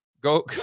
Go